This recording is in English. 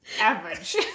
Average